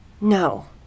No